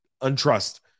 untrust